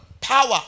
power